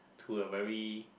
to a very